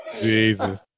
Jesus